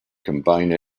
combine